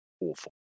awful